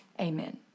Amen